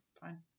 fine